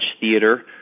theater